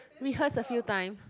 rehearse a few times